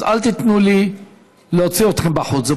אז אל תיתנו לי להוציא אתכם החוצה.